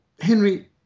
Henry